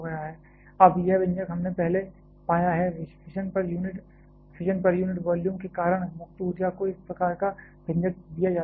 q m hf - hin x hfθ अब यह व्यंजक हमने पहले पाया है फिशन पर यूनिट वॉल्यूम के कारण मुक्त ऊर्जा को इस प्रकार का व्यंजक दिया जा सकता है